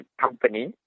company